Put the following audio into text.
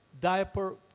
diaper